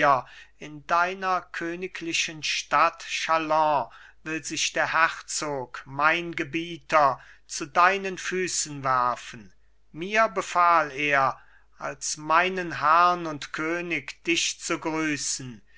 in deiner königlichen stadt chalons will sich der herzog mein gebieter zu deinen füßen werfen mir befahl er als meinen herrn und könig dich zu grüßen